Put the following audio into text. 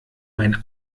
meinen